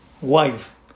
wife